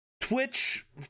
Twitch